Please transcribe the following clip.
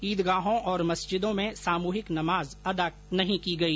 ईदगाहों और मस्जिदों में सामूहिक नमाज अदा नहीं की गई